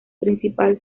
principal